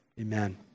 Amen